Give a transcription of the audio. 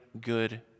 good